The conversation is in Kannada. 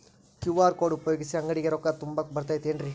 ಕ್ಯೂ.ಆರ್ ಕೋಡ್ ಉಪಯೋಗಿಸಿ, ಅಂಗಡಿಗೆ ರೊಕ್ಕಾ ತುಂಬಾಕ್ ಬರತೈತೇನ್ರೇ?